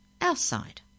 Outside